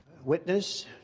Witness